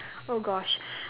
oh gosh